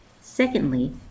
Secondly